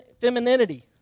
femininity